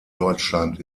deutschland